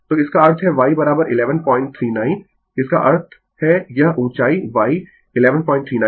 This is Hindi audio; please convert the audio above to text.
तो इसका अर्थ है y 1139 इसका अर्थ है यह ऊँचाई y 1139